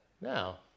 Now